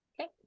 Okay